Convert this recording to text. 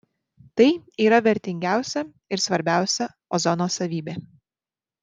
tai yra vertingiausia ir svarbiausia ozono savybė